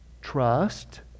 trust